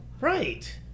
Right